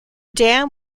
dam